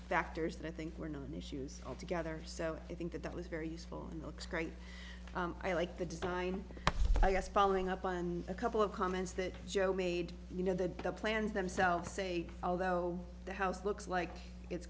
factors that i think were known issues all together so i think that that was very useful and looks great i like the design i guess following up on a couple of comments that joe made you know that the plans themselves say although the house looks like it's